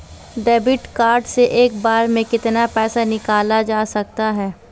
Debit card से एक बार में कितना पैसा निकाला जा सकता है?